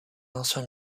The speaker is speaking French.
ancien